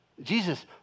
Jesus